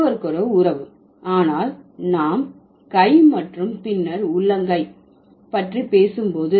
ஒருவருக்கொருவர் உறவு ஆனால் நாம் கை மற்றும் பின்னர் உள்ளங்கை பற்றி பேசும் போது